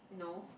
no